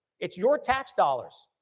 it's your tax dollars.